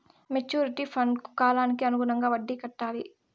maturity ఫండ్కు కాలానికి అనుగుణంగా వడ్డీ కట్టాలి